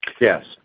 Yes